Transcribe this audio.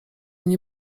nie